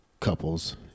couples